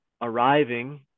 arriving